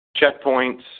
Checkpoints